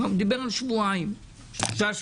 הוא דיבר על שבועיים או שלושה שבועות.